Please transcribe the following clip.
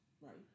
Right